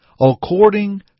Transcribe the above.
according